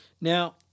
Now